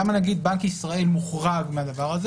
למה בנק ישראל מוחרג מזה,